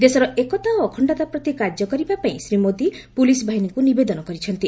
ଦେଶର ଏକତା ଓ ଅଖଣ୍ଡତା ପ୍ରତି କାର୍ଯ୍ୟ କରିବା ପାଇଁ ଶ୍ରୀ ମୋଦି ପୁଲିସ ବାହିନୀକୁ ନିବେଦନ କରିଛନ୍ତି